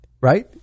Right